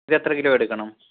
ഇത് എത്ര കിലോ എടുക്കണം